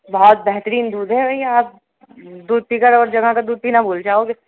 بہت بہترین دودھ ہے بھیا آپ دودھ پی کر اور جگہ کا دودھ پینا بھول جاؤ گے